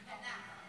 בעיר קטנה.